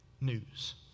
news